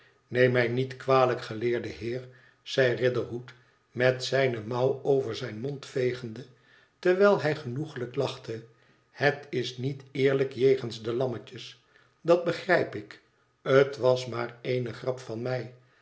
neem mij niet kwalijk geleerde heer zeiriderhood met zijne mouw over zijn mond vegende terwijl hij genoeglijk lachte het is niet eer lijk jegens de lammetjes dat begrijp ik het was maar eene grap van mij